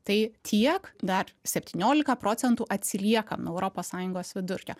tai tiek dar septyniolika procentų atsilieka nuo europos sąjungos vidurkio